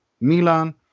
Milan